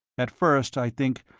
at first, i think,